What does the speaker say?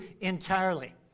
entirely